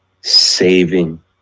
Saving